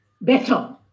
better